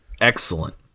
Excellent